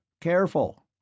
Careful